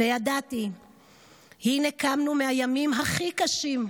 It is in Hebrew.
/ וידעתי, הינה קמנו / מהימים הכי קשים,